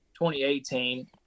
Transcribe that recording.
2018